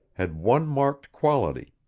had one marked quality